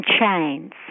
chains